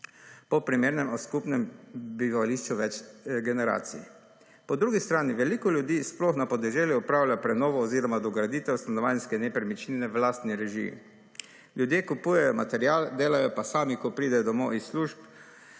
po primernem skupnem bivališču več generacij. Po drugi strani veliko ljudi sploh na podeželju opravlja prenovo oziroma dograditev stanovanjske nepremičnine v lastni režiji. Ljudje kupujejo material, delajo pa sami, ko pridejo domov iz služb,